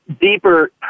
deeper